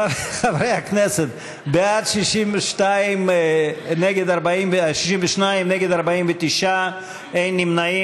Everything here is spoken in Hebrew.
חברי הכנסת, בעד, 62, נגד, 49, אין נמנעים.